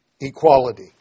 equality